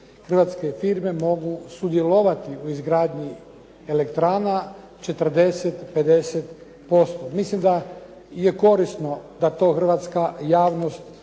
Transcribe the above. Hrvatske firme mogu sudjelovati u izgradnji elektrana 40, 50%. Mislim da je korisno da to hrvatska javnost